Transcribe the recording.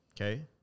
Okay